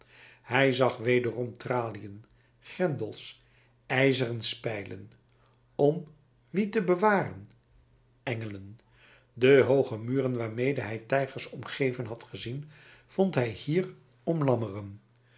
hij zag wederom traliën grendels ijzeren spijlen om wie te bewaren engelen de hooge muren waarmede hij tijgers omgeven had gezien vond hij hier om lammeren